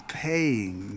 paying